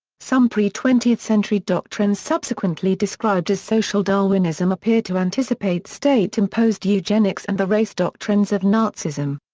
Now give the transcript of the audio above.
some pre-twentieth century doctrines subsequently described as social darwinism appear to anticipate state imposed eugenics and the race doctrines of nazism.